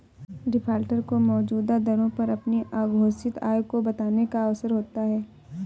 defaulter को मौजूदा दरों पर अपनी अघोषित आय को बताने का अवसर होता है